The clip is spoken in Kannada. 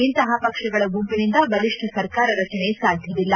ಇಂತಹ ಪಕ್ಷಗಳ ಗುಂಪಿನಿಂದ ಬಲಿಷ್ಠ ಸರ್ಕಾರ ರಜನೆ ಸಾಧ್ಯವಿಲ್ಲ